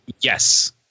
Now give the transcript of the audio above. Yes